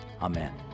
Amen